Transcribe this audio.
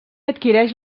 adquireix